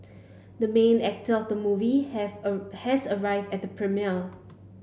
the main actor of the movie have a has arrive at the premiere